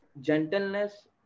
gentleness